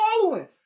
following